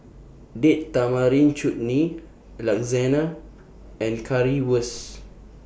Date Tamarind Chutney Lasagna and Currywurst